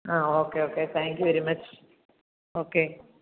ആ okay okay thank you very much okay